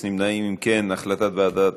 הצעת ועדת החוקה,